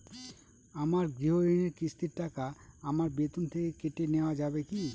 আমার গৃহঋণের কিস্তির টাকা আমার বেতন থেকে কেটে নেওয়া যাবে কি?